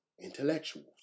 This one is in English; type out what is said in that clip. intellectuals